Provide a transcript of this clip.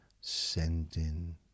sending